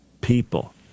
people